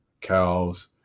cows